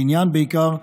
בניין בעיקר,